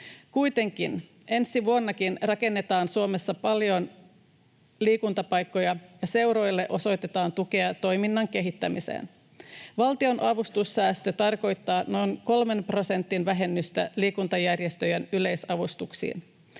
Kuitenkin ensi vuonnakin rakennetaan Suomessa paljon liikuntapaikkoja ja seuroille osoitetaan tukea toiminnan kehittämiseen. Valtionavustussäästö tarkoittaa noin kolmen prosentin vähennystä liikuntajärjestöjen yleisavustuksiin.